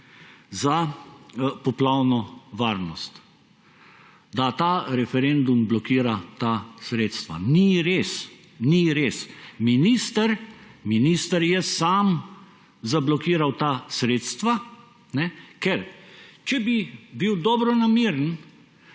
za poplavno varnost, da ta referendum blokira ta sredstva. Ni res, ni res! Minister je sam zablokiral ta sredstva, ker če bi bil dobronameren,